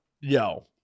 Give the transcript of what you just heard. yo